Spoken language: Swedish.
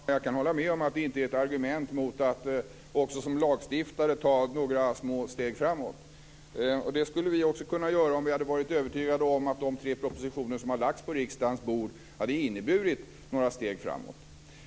Herr talman! Jag kan hålla med om att det inte är ett argument mot att också som lagstiftare ta några små steg framåt. Det skulle vi också kunna göra om vi hade varit övertygade om att de tre propositioner som har lagts fram på riksdagens bord hade inneburit några steg framåt.